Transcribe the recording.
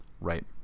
Right